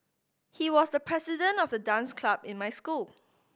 he was the president of the dance club in my school